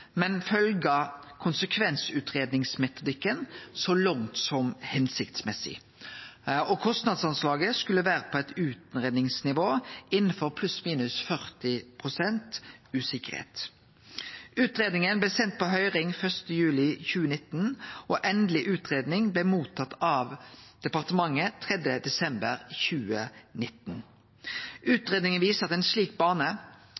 men følgje konsekvensutgreiingsmetodikken så langt som hensiktsmessig. Kostnadsanslaget skulle vere på eit utgreiingsnivå innanfor pluss-minus 40 pst. usikkerheit. Utgreiinga blei send på høyring 1. juli 2019, og den endelege utgreiinga blei mottatt av departementet 3. desember 2019. Utgreiinga viser at ein slik bane